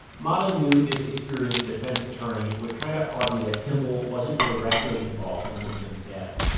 motta knew this experienced defense attorney would try to argue that kimball wasn't directly involved in eunsoon's death.